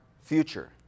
future